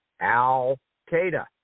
al-Qaeda